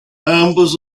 ambos